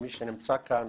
שמי שנמצא כאן,